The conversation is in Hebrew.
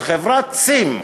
של חברת "צים",